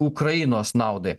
ukrainos naudai